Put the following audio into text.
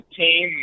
team